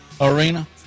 arena